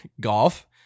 Golf